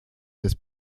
des